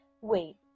Wait